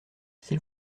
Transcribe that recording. s’il